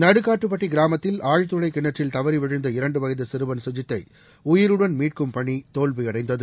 நடுக்காட்டுப்பட்டி கிராமத்தில் ஆழ்துளை கிணற்றில் தவறி விழுந்த இரண்டு வயது சிறுவன் சுஜித்தை உயிருடன் மீட்கும் பணி தோல்வியடைந்தது